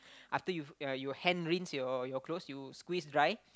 after you ya you hand rinse your your clothes you squeeze dry